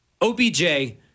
OBJ